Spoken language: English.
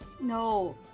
No